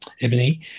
Ebony